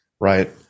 right